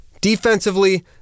Defensively